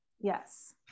Yes